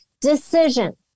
decision